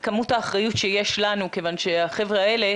עומק האחריות שיש לנו כיוון שהחבר'ה האלה,